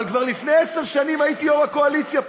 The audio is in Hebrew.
אבל כבר לפני עשר שנים הייתי יו"ר הקואליציה פה.